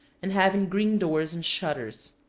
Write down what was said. and having green doors and shutters.